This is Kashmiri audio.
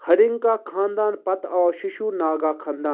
ہرِنکا خانٛدانہٕ پتہٕ آو شِشوٗناگا خانٛدان